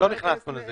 לא נכנסנו לה.